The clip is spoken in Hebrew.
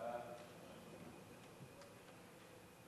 חוק ההגבלים העסקיים